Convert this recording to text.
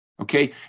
okay